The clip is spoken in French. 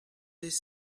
des